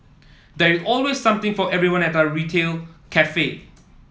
there is always something for everyone at our retail cafe